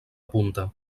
punta